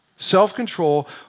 Self-control